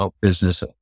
business